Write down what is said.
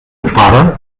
pare